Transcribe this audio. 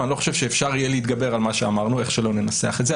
אבל אני לא חושב שאפשר יהיה להתגבר על מה שאמרנו איך שלא ננסח את זה.